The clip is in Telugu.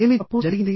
ఏమి తప్పు జరిగింది